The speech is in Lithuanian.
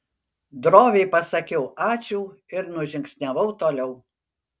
droviai pasakiau ačiū ir nužingsniavau toliau